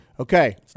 Okay